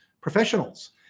professionals